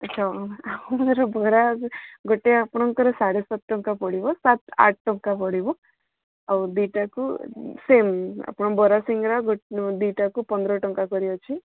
ହଁ ଆମର ବରା ଗୋଟେ ଆପଣଙ୍କର ସାଢ଼େ ସାତ ଟଙ୍କା ପଡ଼ିବ ସାତ ଆଠ ଟଙ୍କା ପଡ଼ିବ ଆଉ ଦୁଇଟାକୁ ସେମ୍ ଆପଣ ବରା ସିଙ୍ଗଡ଼ା ଦୁଇଟାକୁ ପନ୍ଦର ଟଙ୍କା ପଡ଼ିଯାଉଛି